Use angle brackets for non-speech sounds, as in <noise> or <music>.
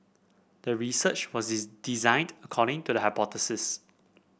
the research was <unintelligible> designed according to the hypothesis